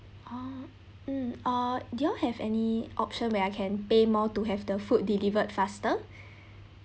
oh mm or do you all have any option where I can pay more to have the food delivered faster